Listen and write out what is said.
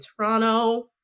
Toronto